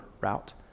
route